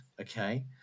okay